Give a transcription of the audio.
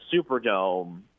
Superdome